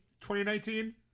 2019